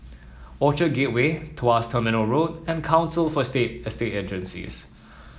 Orchard Gateway Tuas Terminal Road and Council for state Estate Agencies